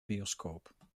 bioscoop